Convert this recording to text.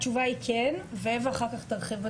התשובה היא כן ואווה אחר כך תרחיב.